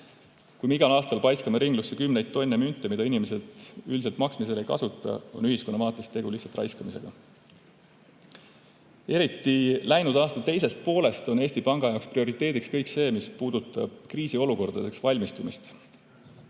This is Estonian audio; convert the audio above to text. Kui me igal aastal paiskame ringlusse kümneid tonne münte, mida inimesed üldiselt maksmisel ei kasuta, on ühiskonna vaates tegu lihtsalt raiskamisega. Eriti läinud aasta teisest poolest on Eesti Panga jaoks prioriteet kõik see, mis puudutab kriisiolukordadeks valmistumist.